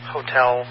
Hotel